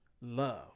Love